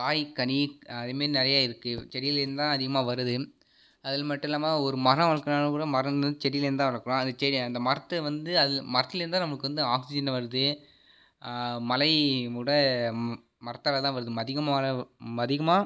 காய் கனி அது மாரி நிறையா இருக்கு செடியிலேருந்து தான் அதிகமாக வருது அதில் மட்டும் இல்லாமல் ஒரு மரம் வளர்க்கணுன்னாலும் கூட மரம் வந்து செடியிலேர்ந்து தான் வளர்க்கலாம் அந்த செடி அந்த மரத்தை வந்து அதில் மரத்திலேர்ந்து தான் நமக்கு வந்து ஆக்சிஜன் வருது மழை மரத்தால் தான் வருது மதிகமா